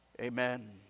Amen